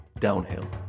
downhill